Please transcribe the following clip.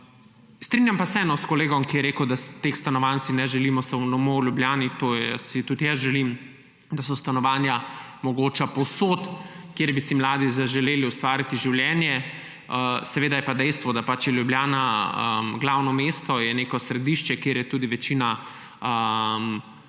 Strinjam pa se s kolegom, ki je rekel, da si teh stanovanj ne želimo samo v Ljubljani. Tudi jaz si želim, da so stanovanja mogoča povsod, kjer bi si mladi zaželeli ustvariti življenje, seveda je pa dejstvo, da je Ljubljana glavno mesto, je neko središče, kjer je tudi večina univerz.